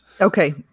Okay